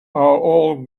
all